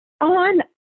on